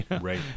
Right